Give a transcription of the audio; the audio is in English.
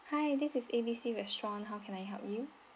hi this is A B C restaurant how can I help you